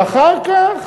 ואחר כך,